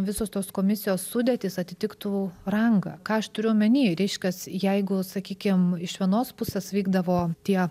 visos tos komisijos sudėtys atitiktų rangą ką aš turiu omeny reiškias jeigu sakykim iš vienos pusės vykdavo tie